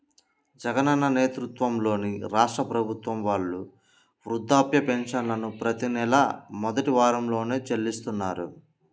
జగనన్న నేతృత్వంలోని రాష్ట్ర ప్రభుత్వం వాళ్ళు వృద్ధాప్య పెన్షన్లను ప్రతి నెలా మొదటి వారంలోనే చెల్లిస్తున్నారు